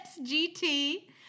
GT